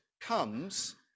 comes